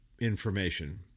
information